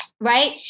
right